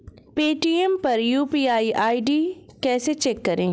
Paytm पर UPI ID कैसे check करें?